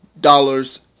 dollars